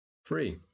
free